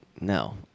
No